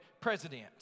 president